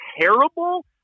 terrible